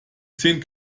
zehn